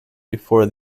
before